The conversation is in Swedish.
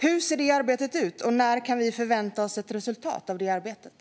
Hur ser det arbetet ut, och när kan vi förvänta oss ett resultat av det?